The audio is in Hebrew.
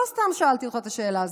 לא סתם שאלתי אותך את השאלה הזאת,